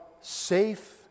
safe